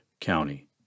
County